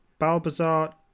Balbazar